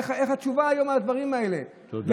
איך התשובה על הדברים האלה היום, תודה.